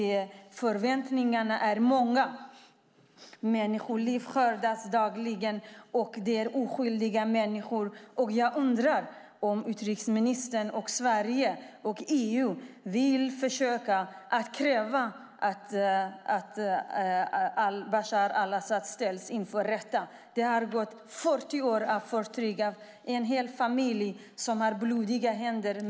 Förväntningarna är många. Människoliv skördas dagligen. Det är oskyldiga människor. Jag undrar om utrikesministern, Sverige och EU vill försöka att kräva att Bashar al-Assad ställs inför rätta. Det har gått 40 år av förtryck från en hel familj med blodiga händer.